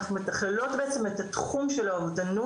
אנחנו מתכללות בעצם את התחום של האובדנות,